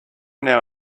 now